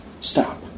stop